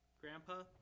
grandpa